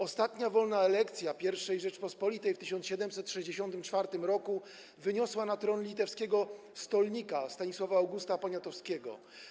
Ostatnia wolna elekcja I Rzeczypospolitej w 1764 r. wyniosła na tron litewskiego stolnika Stanisława Augusta Poniatowskiego.